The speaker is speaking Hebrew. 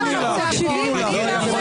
--- רבותיי, אני מבקש